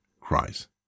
cries